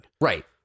Right